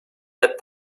that